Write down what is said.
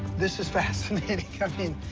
this is fascinating. i mean,